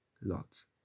lots